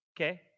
Okay